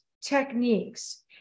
techniques